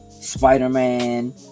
Spider-Man